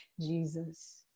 Jesus